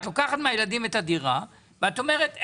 את לוקחת מהילדים את הדירה ואת אומרת,